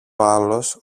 άλλος